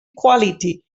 quality